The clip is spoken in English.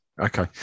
Okay